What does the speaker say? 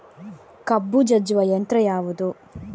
ಕಬ್ಬು ಜಜ್ಜುವ ಯಂತ್ರ ಯಾವುದು?